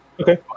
okay